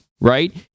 right